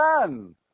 done